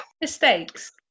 Mistakes